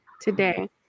today